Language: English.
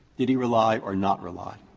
did he rely or not rely?